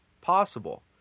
possible